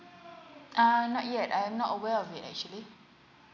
uh not yet I'm not aware of it actually